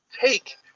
take